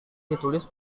ditulis